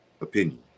opinion